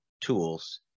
tools